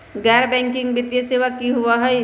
गैर बैकिंग वित्तीय सेवा की होअ हई?